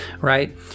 right